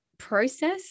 process